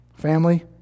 family